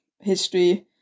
history